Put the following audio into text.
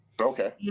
Okay